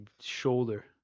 shoulder